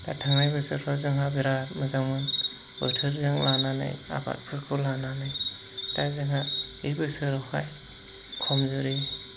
दा थांनाय बोसोरफ्राव जोंहा बिराद मोजां बोथोरजों लानानै आबादखौ लानानै दा जोंहा बे बोसोराव खमजुरि